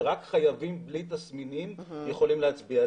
שרק חייבים בלי תסמינים יכולים להגיע.